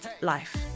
life